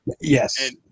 Yes